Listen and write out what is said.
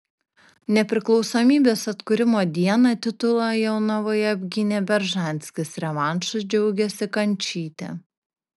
nepriklausomybės atkūrimo dieną titulą jonavoje apgynė beržanskis revanšu džiaugėsi kančytė